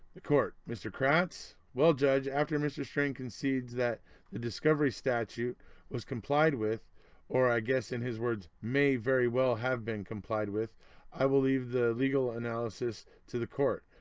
the court mr kratz? well judge, after mr strang concedes that the discovery statute was complied with or i guess in his words may very well have been complied with i will leave the legal analysis to the court.